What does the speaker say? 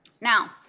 Now